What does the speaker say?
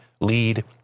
lead